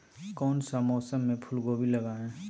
कौन सा मौसम में फूलगोभी लगाए?